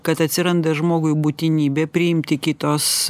kad atsiranda žmogui būtinybė priimti kitos